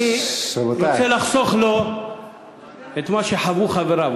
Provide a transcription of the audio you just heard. אני רוצה לחסוך לו את מה שחוו חבריו,